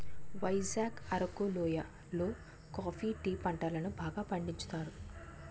వైజాగ్ అరకు లోయి లో coffee tea పంటలను బాగా పండించుతారు